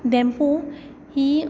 Dempo ही